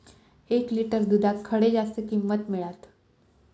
एक लिटर दूधाक खडे जास्त किंमत मिळात?